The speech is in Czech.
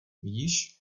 vidíš